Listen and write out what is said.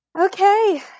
Okay